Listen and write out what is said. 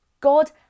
God